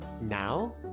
Now